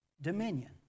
dominion